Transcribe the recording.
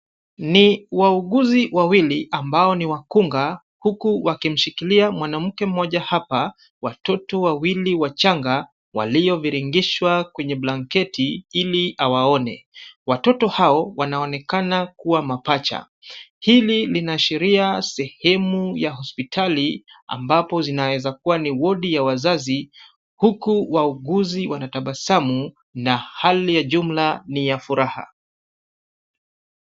Ni wauguzi wawili ambao ni wakunga, huku wakimshikilia mwanamke mmoja hapa, watoto wawili wachanga walioviringishwa kwenye blanketi ili awaone. Watoto hao wanaonekana kuwa mapacha. Hili linaashiria sehemu ya hospitali ambapo zinawezakuamwa ni wodi ya wazazi huku wauguzi wanatabasamu na hali ya jumla ni ya furaha.